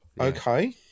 Okay